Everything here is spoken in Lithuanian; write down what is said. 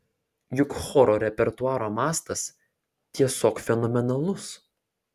juk choro repertuaro mastas tiesiog fenomenalus